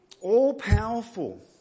all-powerful